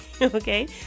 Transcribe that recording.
Okay